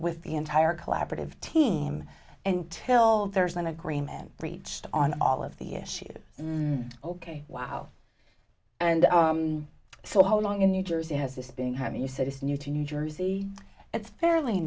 with the entire collaborative team and till there's an agreement reached on all of the issues ok wow and so how long in new jersey has this been have you said it's new to new jersey it's fairly